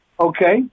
Okay